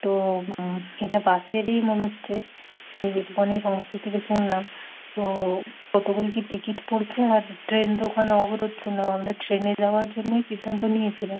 তো এটা বাসেরই মনে হচ্ছে যে যেটুকানি সমস্ত থেকে শুনলাম তো কতো করে কি টিকিট পড়ছে আর ট্রেন ওখানে অবরোধ ছিলো আমাদের ট্রেনে যাওয়ার জন্যই সিদ্ধান্ত নিয়েছিলাম